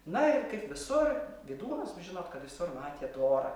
na ir kaip visur vydūnas jūs žinot kad visur matė dorą